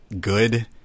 good